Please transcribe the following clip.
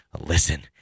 listen